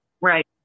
right